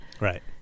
right